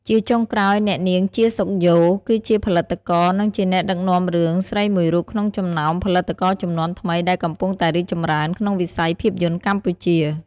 ជាចុងក្រោយ អ្នកនាង ជា សុខយ៉ូ គឺជាផលិតករ និងជាអ្នកដឹកនាំរឿងស្រីមួយរូបក្នុងចំណោមផលិតករជំនាន់ថ្មីដែលកំពុងតែរីកចម្រើនក្នុងវិស័យភាពយន្តកម្ពុជា។